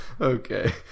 Okay